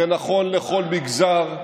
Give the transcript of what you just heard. זה נכון לכל מגזר,